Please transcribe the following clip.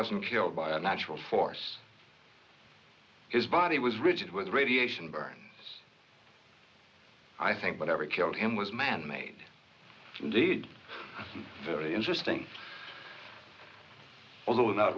wasn't killed by a natural force his body was rigid with radiation burn i think whatever killed him was man made indeed very interesting although not